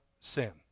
sin